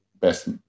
best